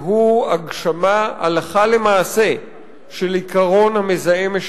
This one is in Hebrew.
והוא הגשמה הלכה למעשה של עקרון המזהם,